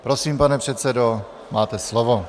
Prosím, pane předsedo, máte slovo.